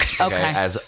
Okay